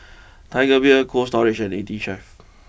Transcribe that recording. Tiger Beer Cold Storage and eighteen Chef